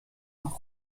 auch